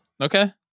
Okay